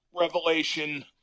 revelation